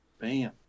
Bam